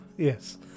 Yes